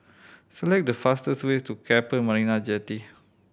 select the fastest way to Keppel Marina Jetty